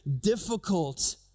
difficult